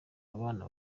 abana